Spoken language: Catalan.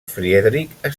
friedrich